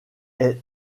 est